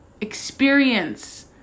experience